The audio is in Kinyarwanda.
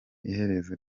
iherezo